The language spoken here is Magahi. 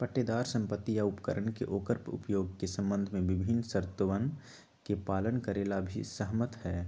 पट्टेदार संपत्ति या उपकरण के ओकर उपयोग के संबंध में विभिन्न शर्तोवन के पालन करे ला भी सहमत हई